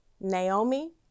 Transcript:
Naomi